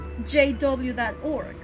JW.org